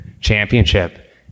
championship